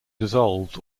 dissolved